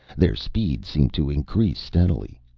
their speed seemed to increase steadily.